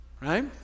right